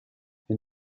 hun